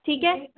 ठीक है